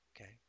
Okay